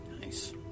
nice